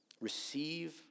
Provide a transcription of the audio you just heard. Receive